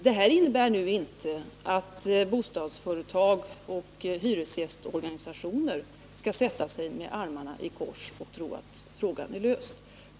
Detta innebär inte att representanterna för bostadsföretagen och hyresgästorganisationerna skall sätta sig med armarna i kors och tro att problemet är löst.